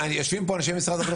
יושבים פה אנשי משרד החינוך,